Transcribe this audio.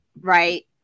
right